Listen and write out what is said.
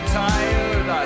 tired